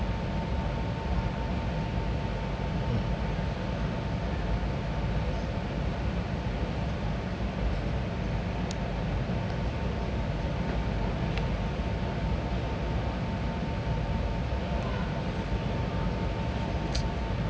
mm